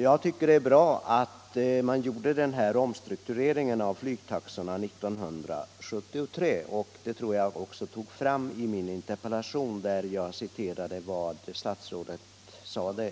Jag tycker det är bra att man gjorde den här omstruktureringen av flygtaxorna 1973, och det har jag också sagt i interpellationen, där jag åberopat vad statsrådet sade